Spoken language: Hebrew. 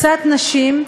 קצת נשים,